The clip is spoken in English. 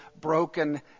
broken